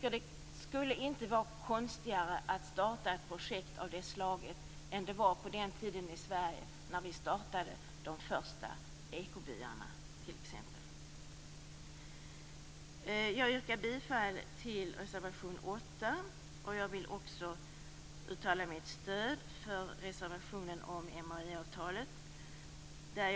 Det borde inte vara konstigare att starta ett projekt av det slaget än vad det en gång var att starta de första ekobyarna i Sverige. Jag yrkar bifall till reservation 8. Jag vill också uttala mitt stöd för reservationen om MAI-avtalet.